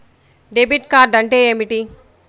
Debit card అంటే ఏమిటి?